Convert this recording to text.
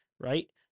right